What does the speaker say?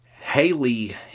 Haley